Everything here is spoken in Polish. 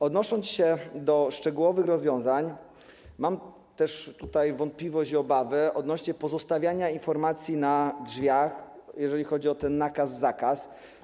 Odnosząc się do szczegółowych rozwiązań, mam wątpliwość i obawę odnośnie do pozostawiania informacji na drzwiach, jeżeli chodzi o ten nakaz, zakaz.